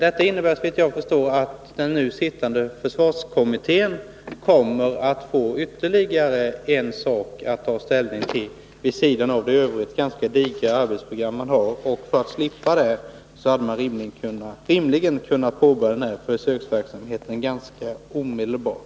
Det innebär, såvitt jag förstår, att den nu sittande försvarskommittén kommer att få ytterligare en fråga att ta ställning till vid sidan av det i övrigt ganska digra arbetsprogrammet. För att kommittén skulle ha sluppit detta, hade man kunnat påbörja denna försöksverksamhet ganska omedelbart.